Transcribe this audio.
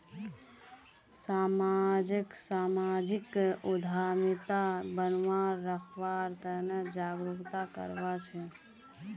समाजक सामाजिक उद्यमिता बनाए रखवार तने जागरूकता करवा हछेक